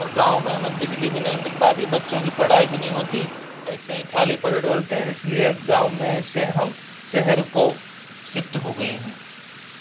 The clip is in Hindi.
और गाँव में हमें बिजली भी नहीं मिल पाती बच्चों की पढ़ाई भी नहीं होती ऐसे ही थाली पर डोलते हैं इसलिए गाँव में से हम शहर को सिफ्ट हो गए हैं